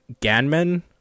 Ganmen